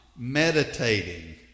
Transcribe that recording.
Meditating